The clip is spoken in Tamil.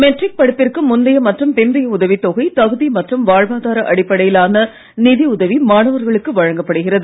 மெட்ரிக் படிப்பிற்கு முந்தைய மற்றும் பிந்தைய உதவித்தொகை தகுதி மற்றும் வாழ்வாதார அடிப்படையிலான நிதி உதவி மாணவர்களுக்கு வழங்கப் படுகிறது